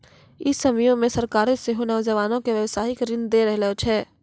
इ समयो मे सरकारें सेहो नौजवानो के व्यवसायिक ऋण दै रहलो छै